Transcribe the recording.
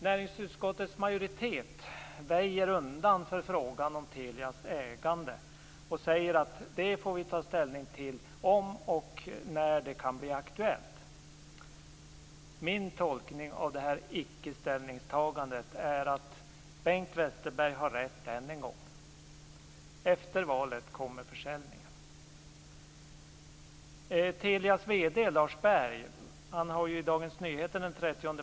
Näringsutskottets majoritet väjer undan för frågan om Telias ägande och säger att vi får ta ställning till det om och när det kan bli aktuellt. Min tolkning av detta icke-ställningstagande är att Bengt Westerberg har rätt än en gång. Efter valet kommer försäljningen.